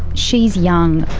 she's young,